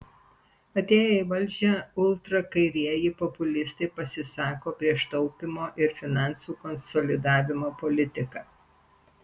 atėję į valdžią ultrakairieji populistai pasisako prieš taupymo ir finansų konsolidavimo politiką